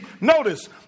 notice